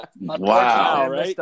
Wow